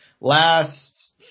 Last